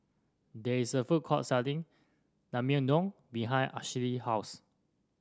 there is a food court selling Naengmyeon behind Ashley house